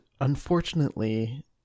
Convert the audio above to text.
unfortunately